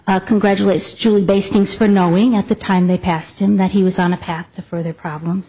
congratulates julie bass things for knowing at the time they passed him that he was on a path to further problems